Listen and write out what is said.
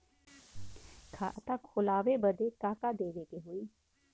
खाता खोलावे बदी का का देवे के होइ?